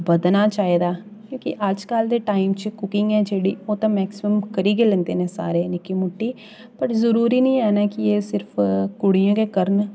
बधना चाहिदा क्योंकि अज्जकल दे टाइम च कुकिंग ऐ जेह्ड़ी ओह् ते मैक्सिमम करी गै लैंदे न सारे निक्की मुट्टी पर जरूरी नि ऐ न के एह् सिर्फ कुड़ियां गै करन